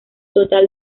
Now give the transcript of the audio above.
total